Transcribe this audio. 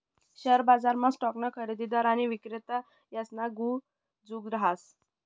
share बजारमा स्टॉकना खरेदीदार आणि विक्रेता यासना जुग रहास